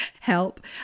help